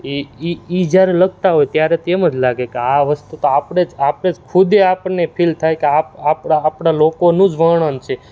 એ એ એ જ્યારે લખતા હોય ત્યારે તેમજ લાગે કે આ વસ્તુ તો આપણે જ આપણે જ ખુદે આપણને ફિલ થાય કે આ આપણા લોકોનું જ વર્ણન છે